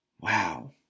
Wow